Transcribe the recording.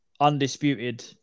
undisputed